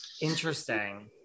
interesting